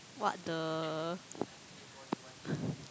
what the